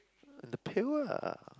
in the pail ah